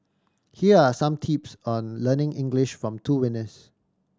here are some tips on learning English from two winners